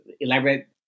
elaborate